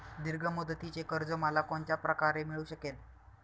दीर्घ मुदतीचे कर्ज मला कोणत्या प्रकारे मिळू शकेल?